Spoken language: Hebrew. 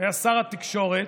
היה שר התקשורת,